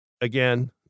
again